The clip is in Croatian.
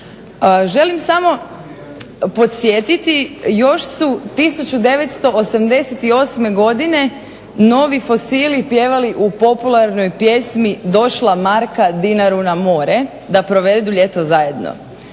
Želim sam podsjetiti još su 1988. godine Novi fosili pjevali u popularnoj pjesmi "Došla marka dinaru na more da provedu ljeto zajedno",